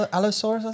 Allosaurus